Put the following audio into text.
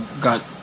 got